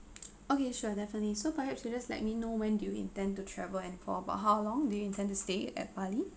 okay sure definitely so perhaps you just let me know when do you intend to travel and for about how long do you intend to stay at bali